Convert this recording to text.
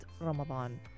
Ramadan